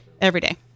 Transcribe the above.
everyday